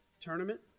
tournament